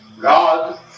God